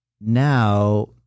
now